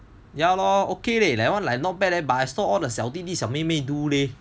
ya lor okay leh that [one] like not bad leh but I saw all the 小弟弟小妹妹 do leh